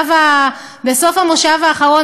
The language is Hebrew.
בסוף המושב האחרון,